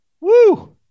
Woo